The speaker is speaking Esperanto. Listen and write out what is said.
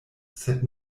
sed